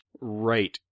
right